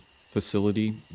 facility